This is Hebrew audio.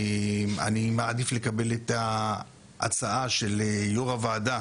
אני מעדיף לקבל את ההצעה של יו"ר הוועדה